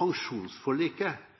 Pensjonsforliket